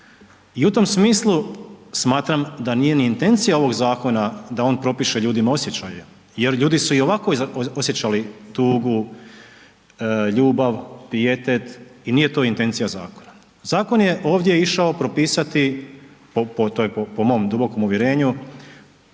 I u tom smislu smatram da nije ni intencija ovog zakona da on propiše ljudima osjećaje jer ljudi su i ovako osjećali tugu, ljubav, pijetet i nije to intencija zakona. Zakon je ovdje išao propisati, po mom dubokom uvjerenju